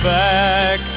back